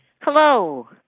Hello